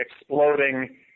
exploding